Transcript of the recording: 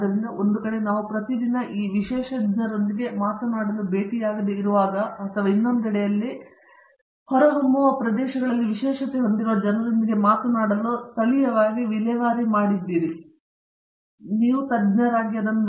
ಆದ್ದರಿಂದ ಒಂದು ಕಡೆ ನಾವು ಪ್ರತಿದಿನ ಈ ವಿಶೇಷಜ್ಞರೊಂದಿಗೆ ಮಾತಾಡಲು ಭೇಟಿಯಾಗದಿರುವಾಗ ಅಥವಾ ಇನ್ನೊಂದೆಡೆಯಲ್ಲಿ ನೀವು ಹೊರಹೊಮ್ಮುವ ಪ್ರದೇಶಗಳಲ್ಲಿ ವಿಶೇಷತೆ ಹೊಂದಿರುವ ಜನರೊಂದಿಗೆ ಮಾತನಾಡಲು ಸ್ಥಳೀಯವಾಗಿ ವಿಲೇವಾರಿ ಮಾಡಿದ್ದೀರಿ ಎಂದು ನೀವು ತಜ್ಞರಾಗಿದ್ದೀರಿ